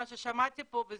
מה ששמעתי פה,